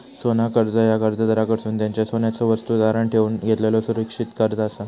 सोना कर्जा ह्या कर्जदाराकडसून त्यांच्यो सोन्याच्यो वस्तू तारण ठेवून घेतलेलो सुरक्षित कर्जा असा